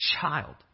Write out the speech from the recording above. child